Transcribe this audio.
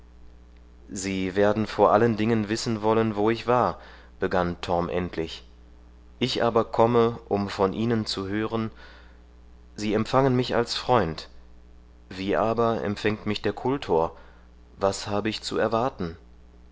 sie werden vor allen dingen wissen wollen wo ich war begann torm endlich ich aber komme um von ihnen zu hören sie empfangen mich als freund wie aber empfängt mich der kultor was habe ich zu erwarten